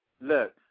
Look